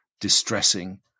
distressing